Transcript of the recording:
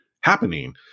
happening